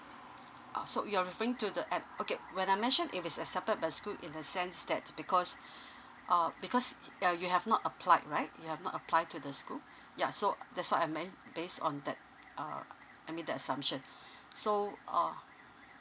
ah so you're referring to the app~ okay when I mentioned if is accepted by the school in the sense that because uh because he uh you have not applied right you have not apply to the school ya so that's what I meant based on that uh I mean the assumption so uh